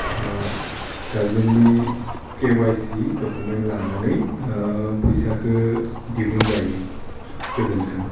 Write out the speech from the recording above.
ओह गार्डजेननि KYC document लानानै ओह फैसाखो दिहुन जायो गोजोन्थों